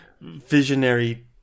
visionary